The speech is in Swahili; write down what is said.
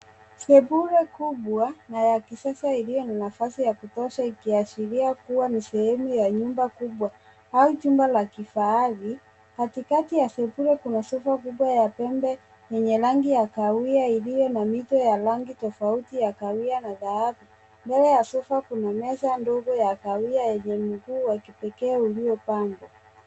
Sebule kubwa na ya kisasa iliyo na nafasi ya kutosha ikiashiria kuwa ni sehemu ya nyumba kubwa au jumba la kifahari .Katikati ya sebule kuna sofa kubwa ya pembe yenye rangi ya kahawia iliyo na mito ya rangi tofauti ya kahawia na dhahabu. Mbele ya sofa kuna meza ndogo ya kahawia yenye mguu wa kipekee ulio panda.